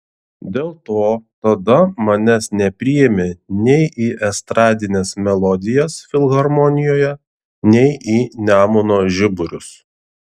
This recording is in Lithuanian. dėl to tada manęs nepriėmė nei į estradines melodijas filharmonijoje nei į nemuno žiburius